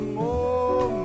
more